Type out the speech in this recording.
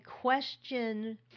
question